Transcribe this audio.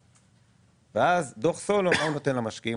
מה דוח סולו נותן למשקיעים?